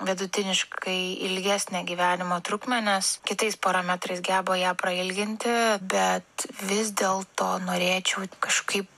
vidutiniškai ilgesnę gyvenimo trukmę nes kitais parametrais geba ją prailginti bet vis dėlto norėčiau kažkaip